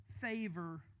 favor